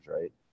right